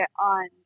on